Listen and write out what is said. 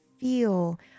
feel